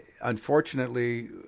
unfortunately